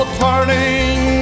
turning